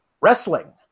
wrestling